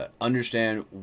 understand